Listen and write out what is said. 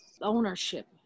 ownership